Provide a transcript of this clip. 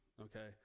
okay